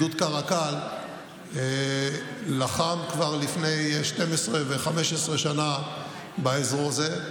גדוד קרקל, לחם כבר לפני 12 ו-15 שנה באזור הזה.